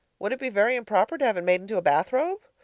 would it be very improper to have it made into a bath robe?